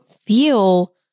feel